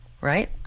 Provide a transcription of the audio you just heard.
right